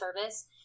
service